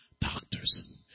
doctors